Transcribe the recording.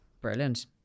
Brilliant